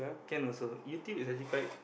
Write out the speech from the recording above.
can also YouTube is actually quite